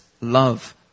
love